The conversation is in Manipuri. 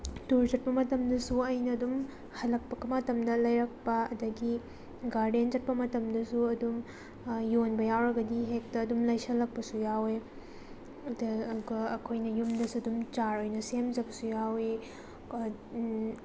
ꯇꯨꯔ ꯆꯠꯄ ꯃꯇꯝꯗꯁꯨ ꯑꯩꯅ ꯑꯗꯨꯝ ꯍꯜꯂꯛꯄ ꯃꯇꯝꯗ ꯂꯩꯔꯛꯄ ꯑꯗꯒꯤ ꯒꯥꯔꯗꯦꯟ ꯆꯠꯄ ꯃꯇꯝꯗꯁꯨ ꯑꯗꯨꯝ ꯌꯣꯟꯕ ꯌꯥꯎꯔꯒꯗꯤ ꯍꯦꯛꯇ ꯑꯗꯨꯝ ꯂꯩꯁꯤꯜꯂꯛꯄꯁꯨ ꯌꯥꯎꯏ ꯑꯩꯈꯣꯏꯅ ꯌꯨꯝꯗꯁꯨ ꯑꯗꯨꯝ ꯆꯥꯔ ꯑꯣꯏꯅ ꯁꯦꯝꯖꯕꯁꯨ ꯌꯥꯎꯏ